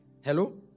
Hello